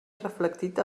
reflectit